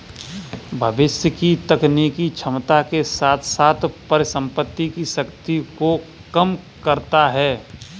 भविष्य की तकनीकी क्षमता के साथ साथ परिसंपत्ति की शक्ति को कम करता है